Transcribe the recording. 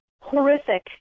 horrific